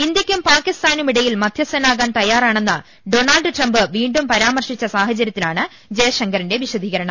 ഇന്ത്യക്കും പാ ക്കിസ്ഥാനും ഇടയിൽ മധ്യ സ്ഥ നാകാൻ തയ്യാറാണെന്ന് ഡോണാൾഡ് ട്രംപ് വീണ്ടും പരാമർശിച്ച സാഹചര്യത്തിലാണ് ജയ്ശങ്കറിന്റെ വിശദീകരണം